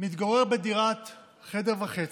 מתגורר בדירת חדר וחצי,